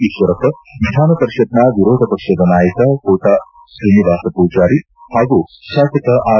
ಈಶ್ವರಪ್ಪ ವಿಧಾನಪರಿಷತ್ನ ವಿರೋಧ ಪಕ್ಷದ ನಾಯಕ ಕೋಟಾ ಶ್ರೀನಿವಾಸ್ ಪೂಜಾರಿ ಹಾಗೂ ಶಾಸಕ ಆರ್